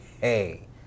hey